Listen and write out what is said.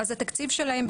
אז התקציב שלהם,